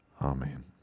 Amen